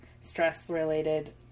stress-related